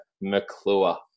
McClure